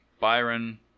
Byron